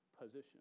position